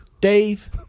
Dave